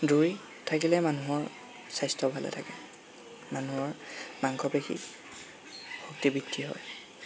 দৌৰি থাকিলে মানুহৰ স্বাস্থ্য ভালে থাকে মানুহৰ মাংসপেশী শক্তি বৃদ্ধি হয়